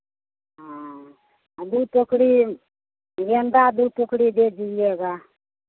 हाँ आ दो टोकरी गेंदा दो टोकरी दे दीजिएगा